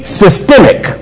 systemic